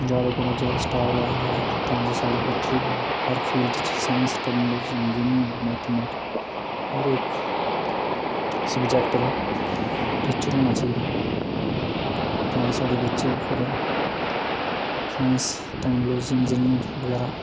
जादै कोला जादै स्टॉफ लाओ जादै तां जे साढ़े बच्चे बी हर फील्ड च साईंस टेक्नोलॉज़ी इंजीनियर मैथामैटिक्स हर इक्क सब्जेक्ट दा टीचर होना चाहिदा तां साढ़े बच्चे बी कुदै साईंस टेक्नोलॉज़ी इंजीनियर बगैरा